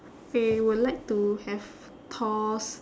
I would like to have thor's